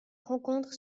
rencontre